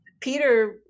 Peter